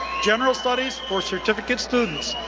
general studies for certificate students.